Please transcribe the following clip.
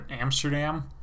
Amsterdam